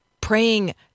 Praying